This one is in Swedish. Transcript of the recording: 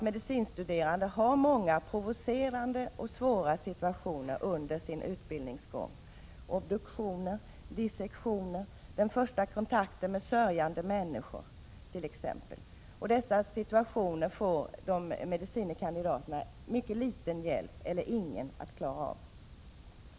Medicinstuderande möter många provocerande och svåra situationer under sin utbildningsgång: obduktioner, dissektioner, den första kontakten med sörjande människor, t.ex. Dessa situationer får de medicine kandidaterna mycket liten eller ingen hjälp att klara av.